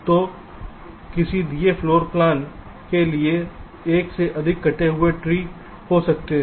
तो किसी दिए गए फ्लोर प्लान के लिए एक से अधिक कटे हुए ट्री हो सकते हैं